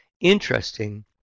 interesting